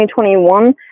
2021